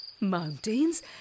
Mountains